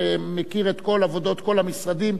שמכיר את כל עבודות כל המשרדים,